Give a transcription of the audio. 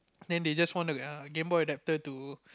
then they just want to err gameboy adaptor to